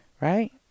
Right